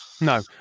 no